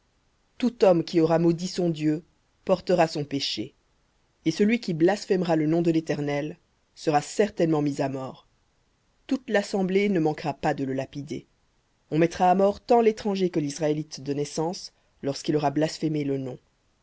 tout homme qui aura maudit son dieu portera son péché et celui qui blasphémera le nom de l'éternel sera certainement mis à mort toute l'assemblée ne manquera pas de le lapider on mettra à mort tant l'étranger que l'israélite de naissance lorsqu'il aura blasphémé le nom